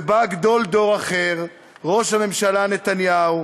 ובא גדול דור אחר, ראש הממשלה נתניהו,